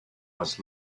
was